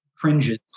cringes